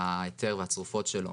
ההיתר והצרופות שלו